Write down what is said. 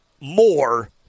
more